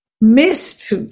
missed